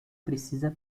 precisa